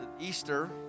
Easter